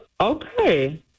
Okay